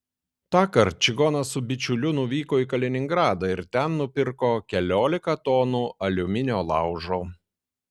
tąkart čigonas su bičiuliu nuvyko į kaliningradą ir ten nupirko keliolika tonų aliuminio laužo